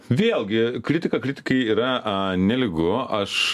vėlgi kritika kritikai yra a nelygu aš